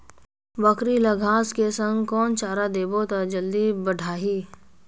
बकरी ल घांस के संग कौन चारा देबो त जल्दी बढाही?